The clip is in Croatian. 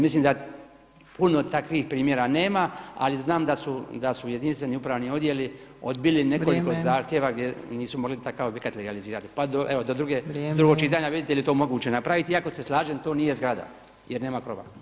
Mislim da puno takvih primjera nema, ali znam da su jedinstveni upravni odjeli odbili nekoliko zahtjeva gdje nisu mogli takav objekat legalizirati, [[Upadica Opačić: Vrijeme.]] pa evo do drugog čitanja vidite je li to moguće napraviti jer se slažem tu nije zgrada jer nema krova.